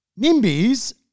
NIMBYs